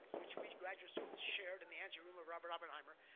which we graduate students shared in the and room of robert oppenheimer,